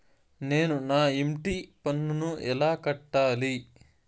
నేను నా ఇంటి పన్నును ఎలా కట్టాలి?